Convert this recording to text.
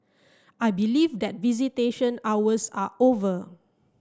I believe that visitation hours are over